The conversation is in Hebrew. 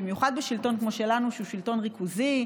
במיוחד בשלטון כמו שלנו שהוא שלטון ריכוזי,